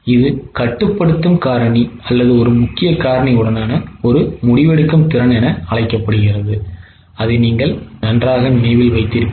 இது கட்டுப்படுத்தும் காரணி அல்லது ஒரு முக்கிய காரணி உடனான ஒரு முடிவெடுக்கும் திறன் என அழைக்கப்படுகிறது என்பதை நீங்கள் நினைவில் வைத்திருப்பீர்கள்